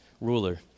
ruler